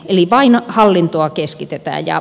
eli vain hallintoa keskitetään